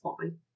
fine